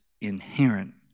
inherent